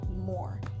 more